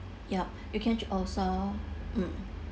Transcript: yup you can also mm